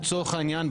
לצורך העניין,